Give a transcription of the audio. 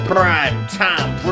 Primetime